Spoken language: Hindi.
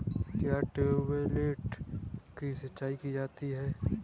क्या ट्यूबवेल से सिंचाई की जाती है?